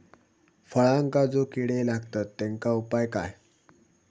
फळांका जो किडे लागतत तेनका उपाय काय?